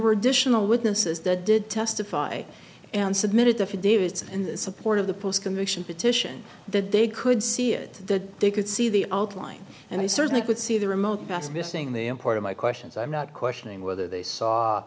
were additional witnesses that did testify and submitted a few divots in the support of the post conviction petition that they could see it that they could see the outline and i certainly could see the remote past missing the import of my questions i'm not questioning whether they saw